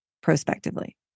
prospectively